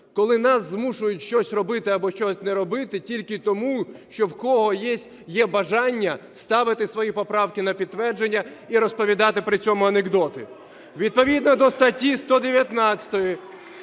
Коли нас змушують щось робити або чогось не робити тільки тому, що в кого є бажання ставити свої поправки на підтвердження і розповідати при цьому анекдоти. Відповідно до статті 119